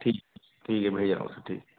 ٹھیک ہے ٹھیک ہے بڑھیا اور سب ٹھیک ہے